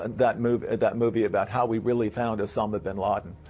and that movie that movie about how we really found osama bin laden.